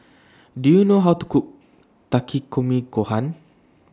Do YOU know How to Cook Takikomi Gohan